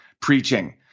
preaching